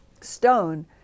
stone